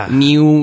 new